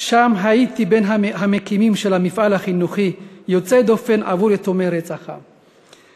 שם הייתי בין המקימים של מפעל חינוכי יוצא דופן עבור יתומי רצח העם.